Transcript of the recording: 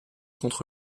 contre